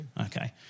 Okay